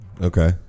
Okay